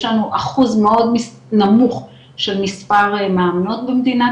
יש לנו אחוז מאוד נמוך של מספר מאמנות במדינת